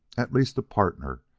at least a partner,